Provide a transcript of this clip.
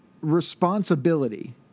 responsibility